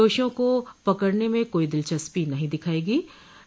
दोषियों को पकड़ने में कोई दिलचस्पी नहीं दिखाई गई